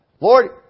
Lord